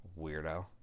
Weirdo